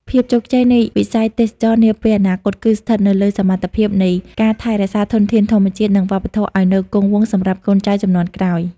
ភាពជោគជ័យនៃវិស័យទេសចរណ៍នាពេលអនាគត គឺស្ថិតនៅលើសមត្ថភាពនៃការថែរក្សាធនធានធម្មជាតិ និងវប្បធម៌ឱ្យនៅគង់វង្សសម្រាប់កូនចៅជំនាន់ក្រោយ។